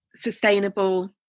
sustainable